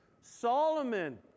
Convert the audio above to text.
Solomon